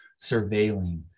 surveilling